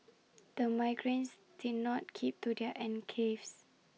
the migrants did not keep to their enclaves